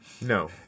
No